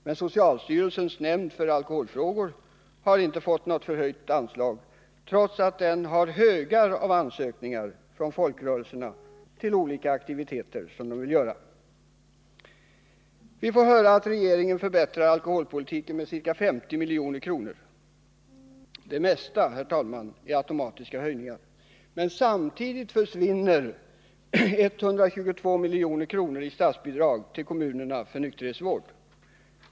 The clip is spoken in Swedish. Men socialstyrelsens nämnd för alkoholfrågor har inte fått något förhöjt anslag, trots att den har högar av ansökningar från folkrörelserna för olika aktiviteter. Vi får höra att regeringen höjer anslaget till alkoholpolitiken med ca 50 milj.kr. Det mesta är dock, herr talman, automatiska höjningar. Och samtidigt försvinner 122 milj.kr. i statsbidrag till kommunerna för nykterhetsvård.